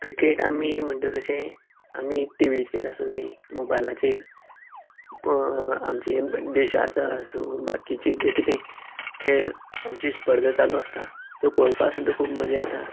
cricket आमी म्हणटा तशें आमी टिवीचेर आसूंदी मोबायलाचेर आमचे देशांचे आसूं बाकीचे जे कितें खेळ आमचीं स्पर्धा चालू आसता त्यो पळोवपाक सुद्दां खूब मजा येता